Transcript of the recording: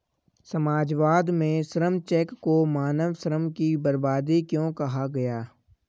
समाजवाद में श्रम चेक को मानव श्रम की बर्बादी क्यों कहा गया?